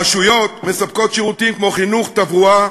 הרשויות מספקות שירותים כמו חינוך, תברואה,